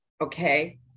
okay